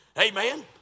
amen